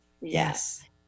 yes